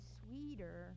sweeter